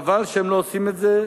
חבל שהם לא עושים את זה.